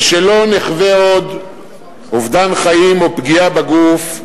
ושלא נחווה עוד אובדן חיים או פגיעה בגוף,